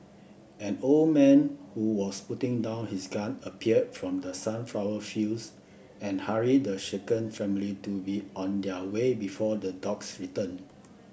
an old man who was putting down his gun appeared from the sunflower fields and hurried the shaken family to be on their way before the dogs return